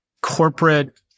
corporate